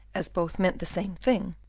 as both meant the same thing,